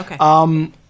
Okay